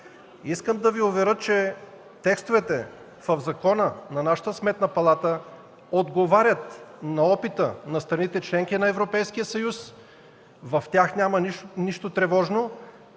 Искам да Ви уверя, че текстовете в закона на нашата Сметна палата отговарят на опита на страните – членки на Европейския съюз, в тях няма нищо тревожно.